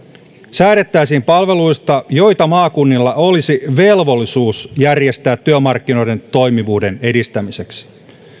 säädettäisiin palveluista joita maakunnilla olisi velvollisuus järjestää työmarkkinoiden toimivuuden edistämiseksi